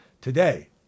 today